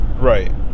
Right